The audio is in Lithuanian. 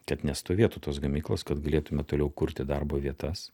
kad nestovėtų tos gamyklos kad galėtume toliau kurti darbo vietas